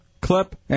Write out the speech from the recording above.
clip